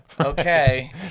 Okay